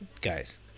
guys